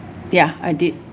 ya I did